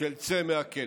של "צא מהכלא".